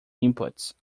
inputs